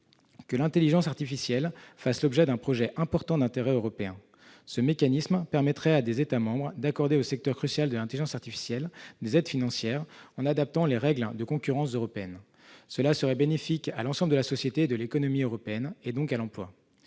que l'intelligence artificielle fasse l'objet d'un projet important d'intérêt européen commun (PIIEC). Ce mécanisme permettrait à des États membres d'accorder au secteur crucial de l'intelligence artificielle des aides financières, en adaptant les règles de concurrence européennes. Cela serait bénéfique à l'ensemble de la société et de l'économie européennes, et donc à l'emploi.